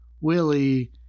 Willie